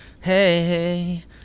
Hey